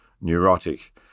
neurotic